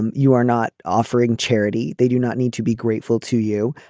and you are not offering charity. they do not need to be grateful to you.